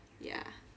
ya